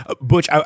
Butch